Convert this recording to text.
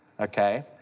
Okay